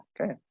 okay